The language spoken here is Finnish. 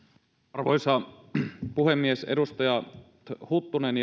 arvoisa puhemies edustajat huttunen